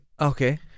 Okay